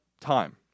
time